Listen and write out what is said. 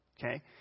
Okay